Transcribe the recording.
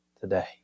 today